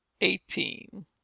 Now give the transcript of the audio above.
eighteen